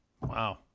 Wow